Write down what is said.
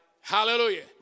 Hallelujah